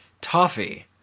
toffee